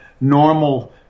normal